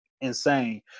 insane